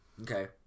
Okay